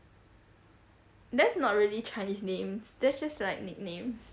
that's not really chinese names that's just like nicknames